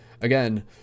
again